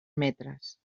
metres